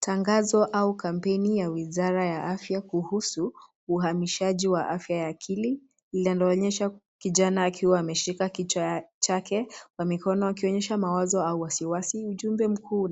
Tangazo au kampeni ya Wizara ya Afya kuhusu uhamasishaji wa afya ya akili. Hilo linaonyesha kijana akiwa ameshika kichwa chake kwa mikono akiashiria mawazo au wasiwasi, huku ujumbe mkuu.